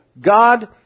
God